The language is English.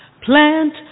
plant